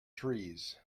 trees